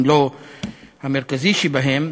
אם לא המרכזי שבהם,